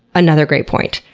another great point.